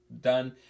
done